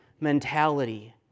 mentality